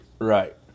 right